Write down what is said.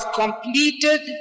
completed